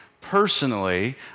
personally